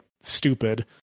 stupid